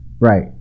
Right